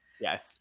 Yes